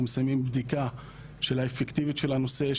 מסיימים בדיקה של האפקטיביות של הנושא,